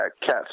cats